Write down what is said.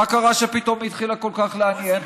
מה קרה שפתאום היא התחילה כל כך לעניין?